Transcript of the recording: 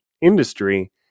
industry